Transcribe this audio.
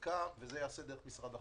זה ייעשה דרך משרד החינוך.